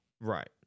right